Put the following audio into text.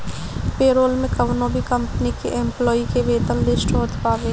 payroll में कवनो भी कंपनी के एम्प्लाई के वेतन लिस्ट होत बावे